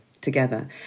together